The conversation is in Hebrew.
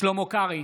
שלמה קרעי,